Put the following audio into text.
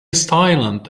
silent